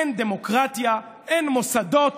אין דמוקרטיה, אין מוסדות.